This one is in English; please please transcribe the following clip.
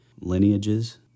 lineages